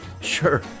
Sure